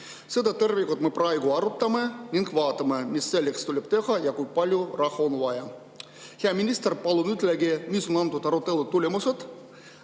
Seda tervikut me praegu arutame ning vaatame, mis selleks tuleb teha ja kui palju raha on vaja. "Hea minister, palun ütelge, mis on antud arutelude tulemused